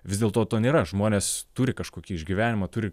vis dėlto to nėra žmonės turi kažkokį išgyvenimą turi